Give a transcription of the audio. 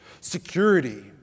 security